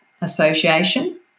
association